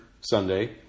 Sunday